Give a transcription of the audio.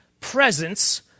presence